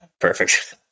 perfect